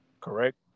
correct